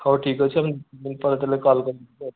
ହଉ ଠିକ୍ ଅଛି ଆମେ ଦୁଇ ଦିନ ପରେ କଲ କରି ଯିବି ଆଉ